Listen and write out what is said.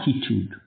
attitude